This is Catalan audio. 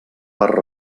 per